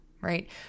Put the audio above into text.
right